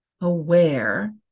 aware